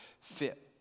fit